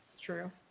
true